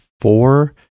four